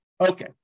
Okay